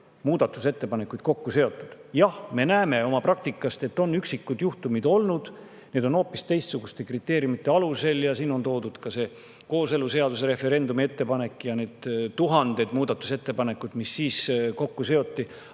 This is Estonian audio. Jah, me näeme praktikast, et on üksikud juhtumid olnud, aga need on olnud hoopis teistsuguste kriteeriumide alusel. Siin on toodud [näiteks] kooseluseaduse referendumi ettepanekut ja neid tuhandeid muudatusettepanekuid, mis kokku seoti.